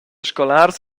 scolars